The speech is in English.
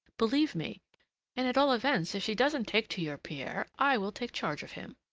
believe me and at all events, if she doesn't take to your pierre, i will take charge of him.